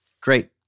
Great